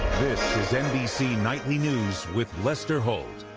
this is nbc nightly news with lester holt.